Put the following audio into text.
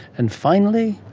and finally?